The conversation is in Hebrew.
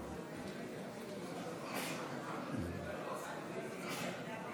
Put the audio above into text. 56: 55 בעד, 63 נגד,